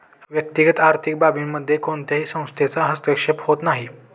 वैयक्तिक आर्थिक बाबींमध्ये कोणत्याही संस्थेचा हस्तक्षेप होत नाही